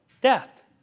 death